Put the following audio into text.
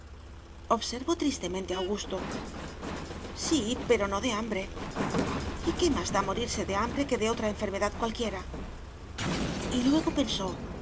liduvinaobservó tristemente augusto sí pero no de hambre y qué más da morirse de hambre que de otra enfermedad cualquiera y luego pensó